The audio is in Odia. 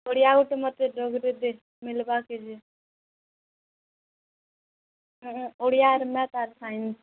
ଓଡ଼ିଆ ଗୁଟେ ମତେ ଦୟାକରି ଦେ ମିଲବା କେ ଯେ ଉଁ ହୁଁ ଓଡ଼ିଆର ନାଇଁ ତାର ସାଇନ୍ସ